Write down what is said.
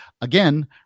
again